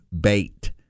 bait